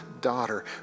daughter